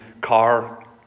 car